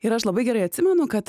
ir aš labai gerai atsimenu kad